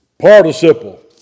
participle